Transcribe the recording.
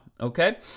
Okay